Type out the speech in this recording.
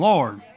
Lord